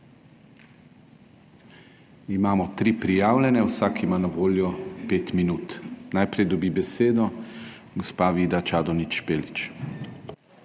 Imamo tri prijavljene, vsak ima na voljo 5 minut. Najprej dobi besedo gospa Vida Čadonič Špelič.